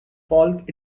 folk